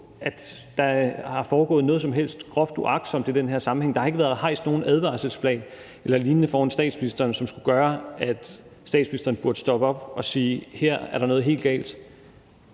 at der er foregået noget som helst groft uagtsomt i den her sammenhæng. Der har ikke været hejst nogen advarselsflag eller lignende foran statsministeren, som skulle gøre, at statsministeren burde stoppe op og sige: Her er der noget helt galt.